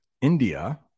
India